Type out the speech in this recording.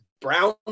brown